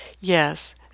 Yes